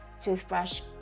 toothbrush